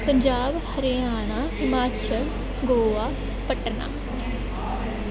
Punjab Haryana Himachal Goa Patna